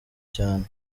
cyane